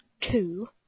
two